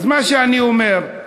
אז מה שאני אומר,